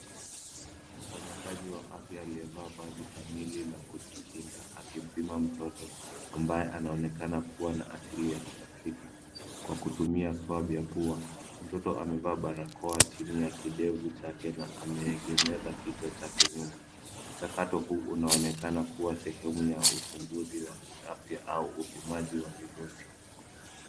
Mfanyakazi wa afya aliyevaa vazi kamili la kujikinga akimpima mtoto ambaye anaonekana kuwa na asili ya Kiafrika kwa kutumia swab ya pua. Mtoto amevaa barakoa chini ya kidevu chake na ameegemeza kichwa chake nyuma. Mchakato huu unaonekana kuwa sehemu ya uchunguzi wa kiafya au upimaji wa virusi.